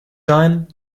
dine